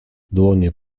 dłonie